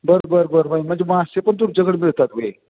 बरं बरं बरं बरं म्हणजे मासे पण तुमच्याकडं मिळतात होय